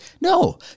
no